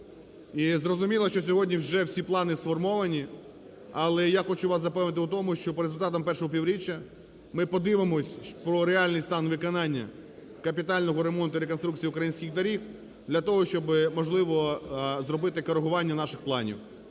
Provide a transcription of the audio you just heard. І зрозуміло, що сьогодні вже всі плани сформовані, але я хочу вас запевнити в тому, що по результатам першого півріччя ми подивимося про реальний стан виконання, капітального ремонту і реконструкції українських доріг для того, щоби, можливо, зробити коригування наших планів.